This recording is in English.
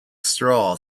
straw